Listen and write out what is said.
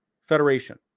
federation